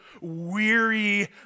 weary